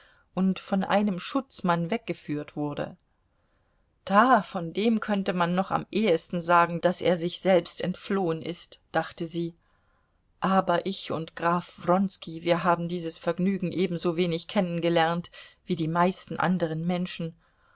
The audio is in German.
und von einem schutzmann weggeführt wurde da von dem könnte man noch am ehesten sagen daß er sich selbst entflohen ist dachte sie aber ich und graf wronski wir haben dieses vergnügen ebensowenig kennengelernt wie die meisten anderen menschen